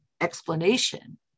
explanation